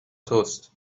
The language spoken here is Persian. توست